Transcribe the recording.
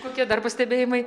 kokie dar pastebėjimai